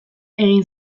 egin